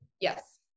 Yes